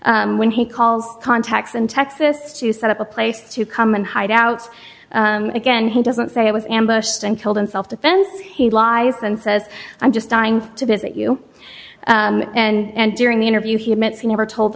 when he calls contacts in texas to set up a place to come and hide out again he doesn't say it was ambushed and killed in self defense he lies and says i'm just dying to visit you and during the interview he admits he never told